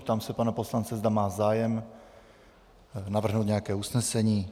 Ptám se pana poslance, zda má zájem navrhnout nějaké usnesení.